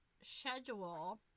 schedule